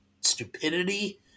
stupidity